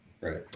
Right